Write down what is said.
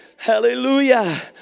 Hallelujah